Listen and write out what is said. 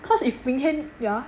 cause if bring hand yeah